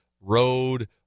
road